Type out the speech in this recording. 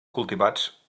cultivats